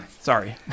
sorry